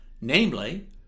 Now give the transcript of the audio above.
Namely